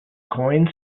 coins